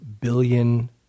billion